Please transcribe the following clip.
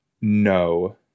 No